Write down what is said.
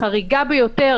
חריגה ביותר,